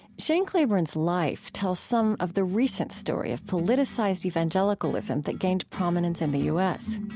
shane claiborne's life tells some of the recent story of politicized evangelicalism that gained prominence in the u s.